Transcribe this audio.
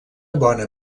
bona